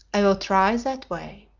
i will try that way.